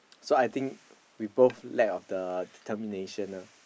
so I think we both lack of the determination ah